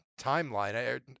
timeline